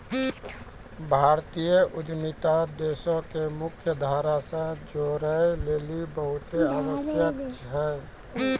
जातीय उद्यमिता देशो के मुख्य धारा से जोड़ै लेली बहुते आवश्यक छै